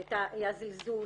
היה זלזול,